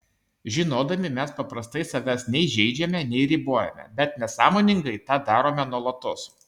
žinodami mes paprastai savęs nei žeidžiame nei ribojame bet nesąmoningai tą darome nuolatos